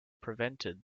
prevented